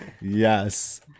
Yes